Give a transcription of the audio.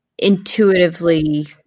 intuitively